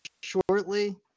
shortly